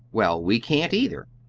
well, we can't, either.